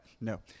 No